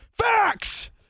Facts